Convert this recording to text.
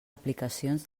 aplicacions